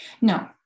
no